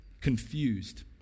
confused